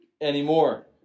anymore